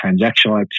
transactional